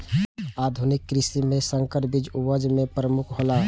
आधुनिक कृषि में संकर बीज उपज में प्रमुख हौला